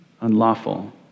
Unlawful